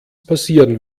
passieren